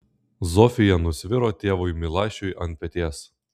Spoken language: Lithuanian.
zofija nusviro tėvui milašiui ant peties